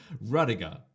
Rudiger